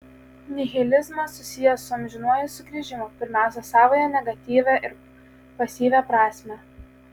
nihilizmas susijęs su amžinuoju sugrįžimu pirmiausia savąja negatyvia ir pasyvia prasme